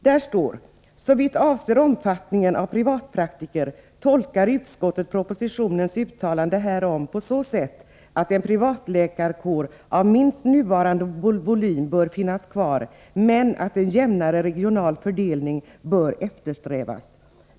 Där står nämligen: ”Såvitt avser omfattningen av privatpraktiker tolkar utskottet propositionens uttalanden härom på så sätt att en privatläkarkår av minst nuvarande volym bör finnas kvar men att en jämnare regional fördelning bör eftersträvas.